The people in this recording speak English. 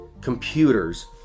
computers